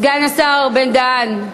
סגן השר בן-דהן.